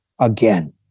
again